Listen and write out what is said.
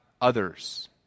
others